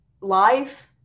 life